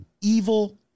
evil